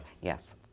Yes